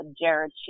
Jared